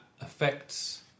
affects